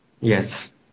Yes